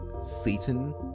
Satan